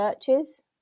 searches